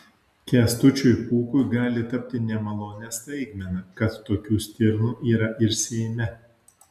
kęstučiui pūkui gali tapti nemalonia staigmena kad tokių stirnų yra ir seime